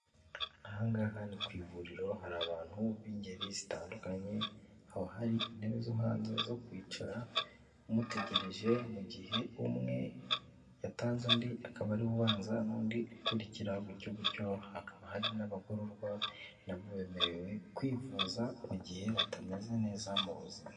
Ahangaha ni ku ivuriro hari abantu b'ingeri zitandukanye, aho hari intebe zo hanze zo kwicara mutegereje mu gihe umwe yatanze undi akaba ariwe ubanza undi ukurikira gutyotyo, hakaba hari n'abagororwa nabo bemerewe kwivuza mu gihe batameze neza mu buzima.